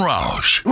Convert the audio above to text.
Roush